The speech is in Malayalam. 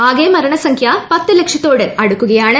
ആകെ മരണസംഖ്യ പത്തുലക്ഷത്തോട് അടുക്കുകയാണ്